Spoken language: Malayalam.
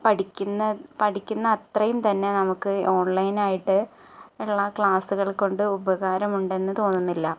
പഠിക്കുന്ന പഠിക്കുന്ന അത്രയും തന്നെ നമുക്ക് ഓണ്ലൈനായിട്ട് ഉള്ള ക്ലാസ്സുള് കൊണ്ട് ഉപകാരമുണ്ടെന്ന് തോന്നുന്നില്ല